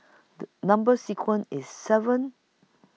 The Number sequence IS seven